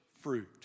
fruit